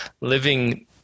living